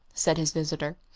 said his visitor,